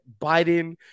Biden